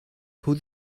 who